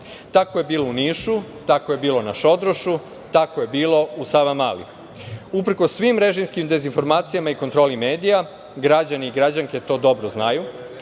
Tako je bilo u Nišu, tako je bilo na Šodrošu, tako je bilo u Savamali. Uprkos svim režimskim dezinformacijama i kontroli medija građani i građanke to dobro znaju